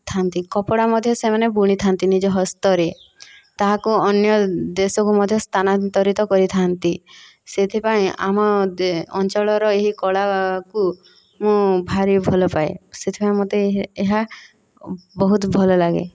ଥାନ୍ତି କପଡ଼ା ମଧ୍ୟ ସେମାନେ ବୁଣିଥାନ୍ତି ନିଜ ହସ୍ତରେ ତାହାକୁ ଅନ୍ୟ ଦେଶକୁ ମଧ୍ୟ ସ୍ଥାନାନ୍ତରିତ କରିଥାନ୍ତି ସେଥିପାଇଁ ଆମ ଅଞ୍ଚଳର ଏହି କଳାକୁ ମୁଁ ଭାରି ଭଲପାଏ ସେଥିପାଇଁ ମୋତେ ଏହା ବହୁତ ଭଲଲାଗେ